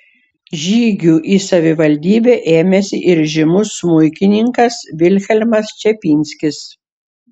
žygių į savivaldybę ėmėsi ir žymus smuikininkas vilhelmas čepinskis